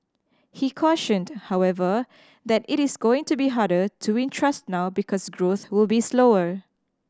he cautioned however that it is going to be harder to win trust now because growth will be slower